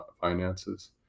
finances